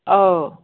ꯑꯥꯎ